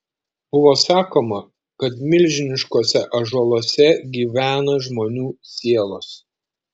buvo sakoma kad milžiniškuose ąžuoluose gyvena žmonių sielos